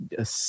Yes